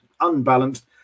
unbalanced